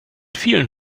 vielen